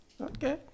Okay